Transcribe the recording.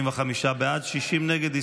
45 בעד, 60 נגד.